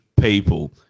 people